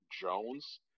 Jones